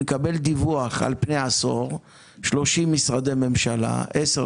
שנקבל דיווח לגבי 30 משרדי הממשלה על הביצוע